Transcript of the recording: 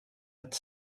ett